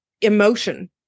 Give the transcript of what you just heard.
emotion